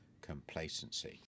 complacency